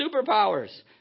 superpowers